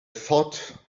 thought